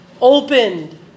opened